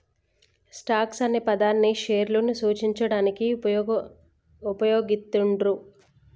stocks అనే పదాన్ని షేర్లను సూచించడానికి వుపయోగిత్తండ్రు